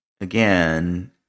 again